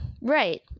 right